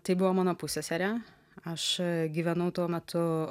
tai buvo mano pusseserė aš gyvenau tuo metu